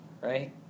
right